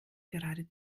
gerade